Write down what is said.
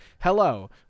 hello